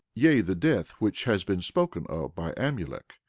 yea, the death which has been spoken of by amulek,